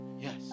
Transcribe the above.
Yes